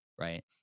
right